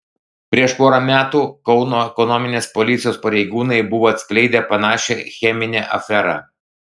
prieš porą metų kauno ekonominės policijos pareigūnai buvo atskleidę panašią cheminę aferą